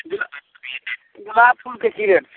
गुला गुलाब फूलके कि रेट छै